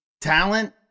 talent